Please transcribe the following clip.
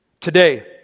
Today